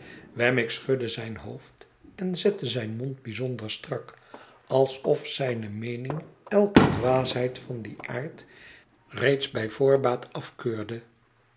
wemmick schudde zijn hoofd en zette zijn mond bijzonder strak alsof zijne meening elke dwaasheid van dien aard reeds bij voorbaat afkeurde